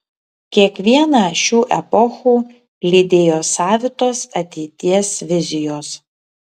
kiekvieną šių epochų lydėjo savitos ateities vizijos